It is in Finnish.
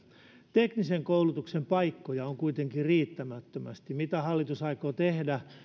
teknisen koulutuksen paikkoja on kuitenkin riittämättömästi mitä hallitus aikoo tehdä